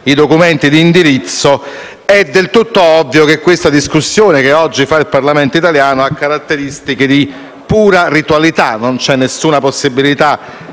e documenti di indirizzo, è del tutto ovvio che la discussione che oggi fa il Parlamento italiano abbia caratteristiche di pura ritualità: non c'è nessuna possibilità